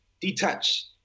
detach